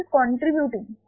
contributing